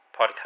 podcast